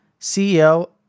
ceo